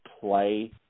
play